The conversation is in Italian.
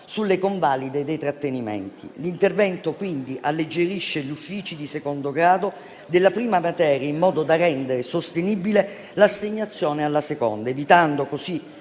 sulle convalide dei trattenimenti. L'intervento, quindi, alleggerisce gli uffici di secondo grado della prima materia, in modo da rendere sostenibile l'assegnazione alla seconda, evitando così